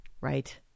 right